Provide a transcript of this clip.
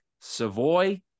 Savoy